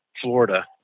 florida